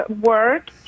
work